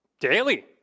daily